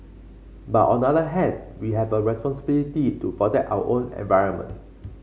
but on the other hand we have a responsibility to protect our own environment